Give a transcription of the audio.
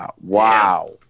Wow